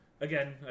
Again